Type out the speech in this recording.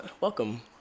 welcome